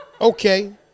okay